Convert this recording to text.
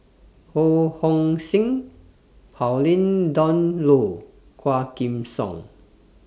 Ho Hong Sing Pauline Dawn Loh Quah Kim Song